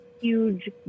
huge